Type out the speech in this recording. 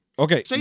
Okay